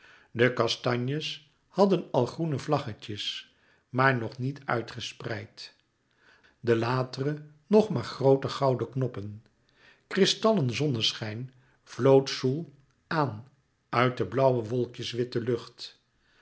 de kastanjes hadden al groene vlaggetjes maar nog niet uitgespreid de latere nog maar groote gouden knoppen kristallen zonneschijn vloot zoel aan uit de blauwe wolkjeswitte lucht